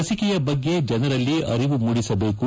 ಲಸಿಕೆಯ ಬಗ್ಗೆ ಜನರಲ್ಲಿ ಅರಿವು ಮೂಡಿಸಬೇಕು